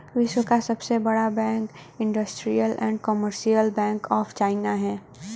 विश्व का सबसे बड़ा bank industrial and commercial bank of China है